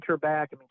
back